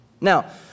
Now